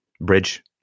bridge